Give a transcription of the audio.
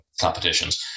competitions